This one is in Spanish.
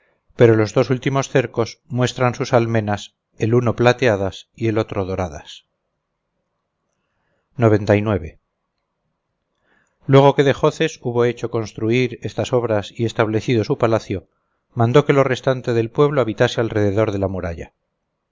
pero los dos últimos cercos muestran sus almenas el uno plateadas y el otro doradas luego que dejoces hubo hecho construir estas obras y establecido su palacio mandó que lo restante del pueblo habitase alrededor de la muralla